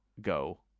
go